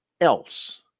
else